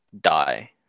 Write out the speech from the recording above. die